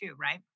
right